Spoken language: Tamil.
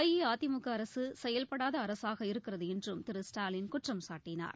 அஇஅதிமுக அரசு செயல்படாத அரசாக இருக்கிறது என்றும் திரு ஸ்டாலின் குற்றம் சாட்டினார்